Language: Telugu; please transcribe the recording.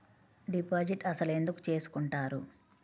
డిపాజిట్ అసలు ఎందుకు చేసుకుంటారు?